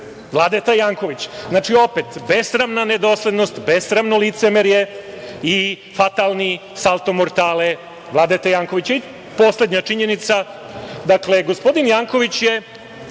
Vladeta Janković. Znači, besramna nedoslednost, besramno licemerje i fatalni salto mortale Vladete Jankovića. Poslednja činjenica, gospodin Janković je